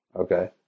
okay